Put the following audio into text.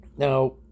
Now